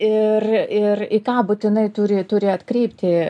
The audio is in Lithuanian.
ir ir į ką būtinai turi turi atkreipti